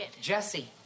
Jesse